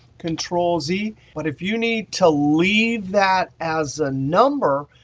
control z. but if you need to leave that as a number,